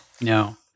No